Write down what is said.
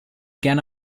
gerne